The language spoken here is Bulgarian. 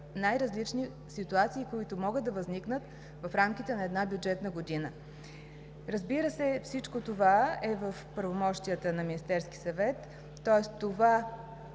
най-различни ситуации, които могат да възникнат в рамките на една бюджетна година. Разбира се, всичко това е в правомощията на Министерския съвет. Тоест това,